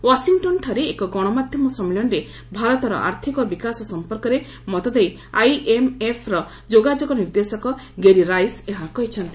ୱାଶିଂଟନ୍ଠାରେ ଏକ ଗଣମାଧ୍ୟମ ସମ୍ମିଳନୀରେ ଭାରତର ଆର୍ଥିକ ବିକାଶ ସମ୍ପର୍କରେ ମତ ଦେଇ ଆଇଏମ୍ଏଫ୍ର ଯୋଗାଯୋଗ ନିର୍ଦ୍ଦେଶକ ଗେରି ରାଇସ୍ ଏହା କହିଛନ୍ତି